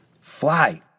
Fly